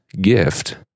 gift